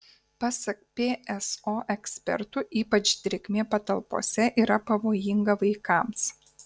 pasak pso ekspertų ypač drėgmė patalpose yra pavojinga vaikams